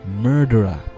murderer